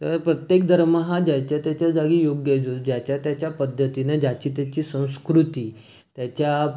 तर प्रत्येक धर्म हा ज्याच्या त्याच्या जागी योग्य आहे ज्याच्या त्याच्या पद्धतीने ज्याची त्याची संस्कृती त्याच्या